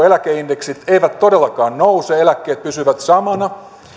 eläkeindeksit eivät todellakaan nouse eläkkeet pysyvät samana